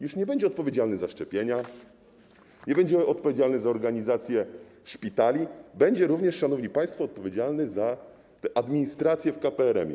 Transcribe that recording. Już nie będzie odpowiedzialny za szczepienia, nie będzie odpowiedzialny za organizację szpitali, będzie również, szanowni państwo, odpowiedzialny za administrację w KPRM-ie.